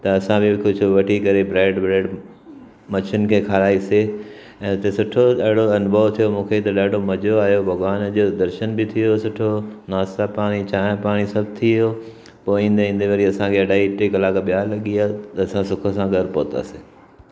त असां खे बि कुझु वठी करे ब्रैड व्रैड मच्छियुनि खे खाराईसीं ऐं हुते सुठो ॾाढो अनुभव थियो मूंखे ॾाढो मज़ो आयो भॻवान जो दर्शन बि थी वियोसीं सुठो नास्ता पाणी चांहि पाणी सभु थी वियो पोइ ईंदे ईंदे वरी असां खे अढाई टे कलाक ॿिया लॻी विया त असां सुख सां घरु पहुतासीं